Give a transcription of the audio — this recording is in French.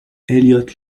elliott